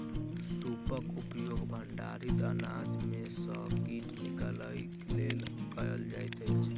सूपक उपयोग भंडारित अनाज में सॅ कीट निकालय लेल कयल जाइत अछि